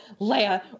Leia